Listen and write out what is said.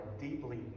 deeply